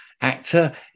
actor